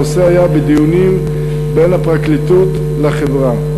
והנושא היה בדיונים בין הפרקליטות לחברה.